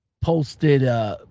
posted